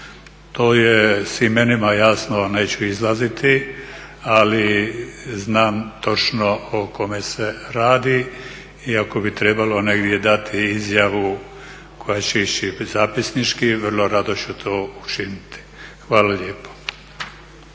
To je, s imenima, jasno, neću izlaziti, ali znam točno o kome se radi i ako bi trebalo negdje dati izjavu koja će ići zapisnički, vrlo rado ću to učiniti. Hvala lijepo.